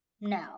no